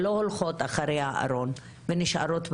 נשים לא הולכות אחרי הארון ונשארות בבית.